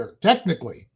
technically